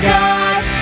God